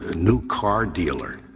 ah new car dealer?